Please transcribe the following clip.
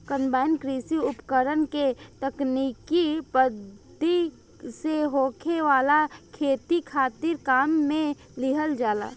combine कृषि उपकरण के तकनीकी पद्धति से होखे वाला खेती खातिर काम में लिहल जाला